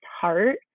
heart